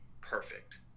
perfect